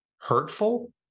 hurtful